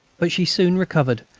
but she soon recovered,